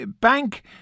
Bank